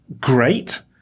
great